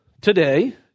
today